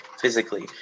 physically